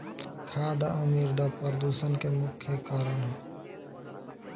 खाद आ मिरदा प्रदूषण के मुख्य कारण ह